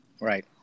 Right